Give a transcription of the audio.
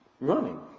Running